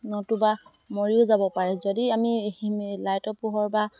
নতুবা মৰিও যাব পাৰে যদি আমি সি লাইটৰ পোহৰ বা